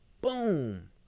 boom